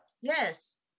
Yes